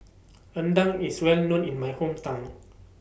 Rendang IS Well known in My Hometown